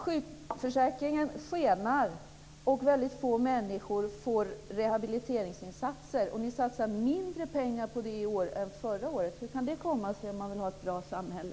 Sjukförsäkringen skenar och väldigt få människor får rehabiliteringsinsatser. Ni satsar mindre pengar på det i år än förra året. Hur kan det komma sig, om man vill ha ett bra samhälle?